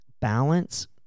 balance